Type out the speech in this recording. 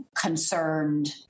concerned